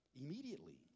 Immediately